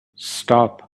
stop